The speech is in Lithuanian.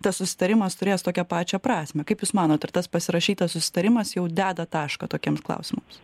tas susitarimas turės tokią pačią prasmę kaip jūs manot ar tas pasirašytas susitarimas jau deda tašką tokiems klausimams